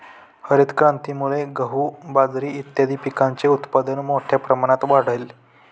हरितक्रांतीमुळे गहू, बाजरी इत्यादीं पिकांचे उत्पादन मोठ्या प्रमाणात वाढले